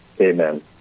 amen